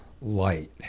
light